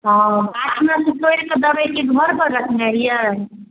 हँ गाछमे सँ तोड़ि कऽ देबै कि घरपर रखने रहियै